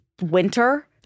winter